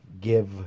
give